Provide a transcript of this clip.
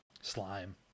slime